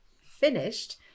finished